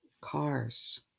cars